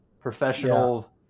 professional